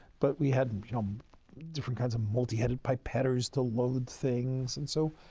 but we had um different kinds of multi-headed pipettors to load things. and so,